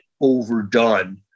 overdone